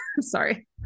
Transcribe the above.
sorry